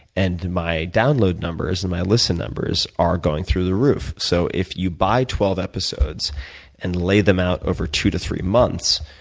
and my download numbers and my listen numbers are going through the roof. so if you buy twelve episodes and lay them out over two to three months,